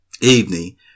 evening